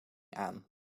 aan